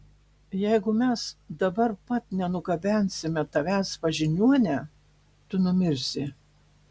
jeigu mes dabar pat nenugabensime tavęs pas žiniuonę tu numirsi